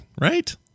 right